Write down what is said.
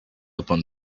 upon